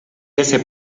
ese